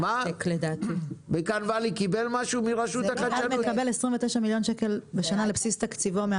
מיגל מקבל מהמשרד 29 מיליון שקלים לשנה לבסיס תקציבו,